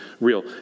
real